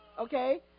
okay